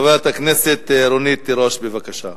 חברת הכנסת רונית תירוש, בבקשה.